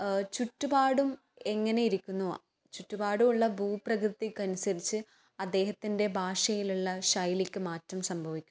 ചുറ്റുപാടും എങ്ങനെ ഇരിക്കുന്നോ ചുറ്റുപാടുമുള്ള ഭൂപ്രകൃതിക്കനുസരിച്ച് അദ്ദേഹത്തിൻ്റെ ഭാഷയിലുള്ള ശൈലിക്ക് മാറ്റം സംഭവിക്കുന്നു